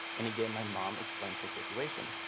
and again, my mom explains her situation.